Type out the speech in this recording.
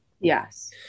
Yes